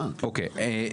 אוקי,